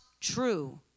true